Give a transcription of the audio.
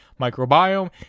microbiome